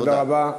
תודה רבה.